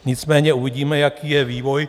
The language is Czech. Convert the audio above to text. Nicméně uvidíme, jaký je vývoj.